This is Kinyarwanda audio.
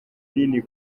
nini